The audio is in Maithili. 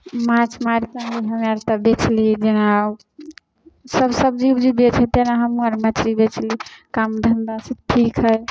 माँछ मारिकऽ अएली हम आर तऽ बेचली जेना सभ सबजी उबजी बेचै हइ तहिना हमहूँ आर मछली बेचली काम धन्धासे ठीक हइ